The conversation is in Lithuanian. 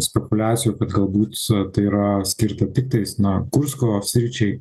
spekuliacijų kad galbūt tai yra skirta tiktais na kursko sričiai